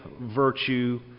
virtue